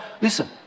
listen